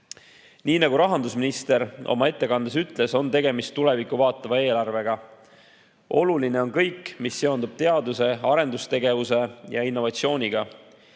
nagu rahandusminister oma ettekandes ütles, on tegemist tulevikku vaatava eelarvega. Oluline on kõik, mis seondub teaduse, arendustegevuse ja innovatsiooniga.